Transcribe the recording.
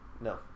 No